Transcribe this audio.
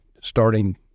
starting